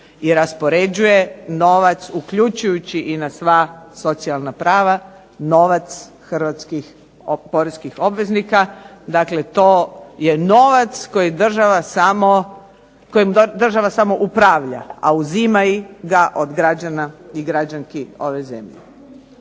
I raspoređuje novac uključujući i na sva socijalna prava, novac hrvatskih poreskih obveznika. Dakle, to je novac kojim država samo upravlja, a uzima ga od građana i građanki ove zemlje.